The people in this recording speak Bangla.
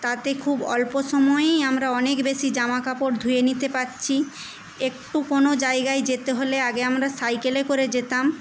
তাতে খুব অল্প সময়েই আমরা অনেক বেশী জামাকাপড় ধুয়ে নিতে পারছি একটু কোনো জায়গায় যেতে হলে আগে আমরা সাইকেলে করে যেতাম